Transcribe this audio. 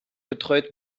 betreut